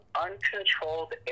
uncontrolled